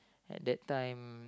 at that time